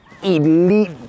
elite